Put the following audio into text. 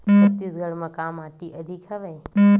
छत्तीसगढ़ म का माटी अधिक हवे?